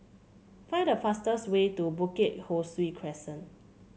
find the fastest way to Bukit Ho Swee Crescent